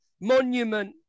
Monument